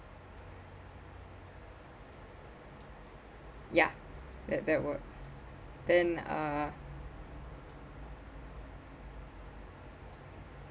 ya that that works then uh